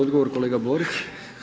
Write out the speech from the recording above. Odgovor kolega Borić.